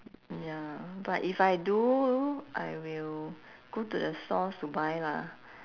mm ya but if I do I will go to the stores to buy lah